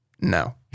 No